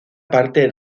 parte